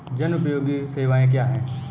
जनोपयोगी सेवाएँ क्या हैं?